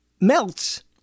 melts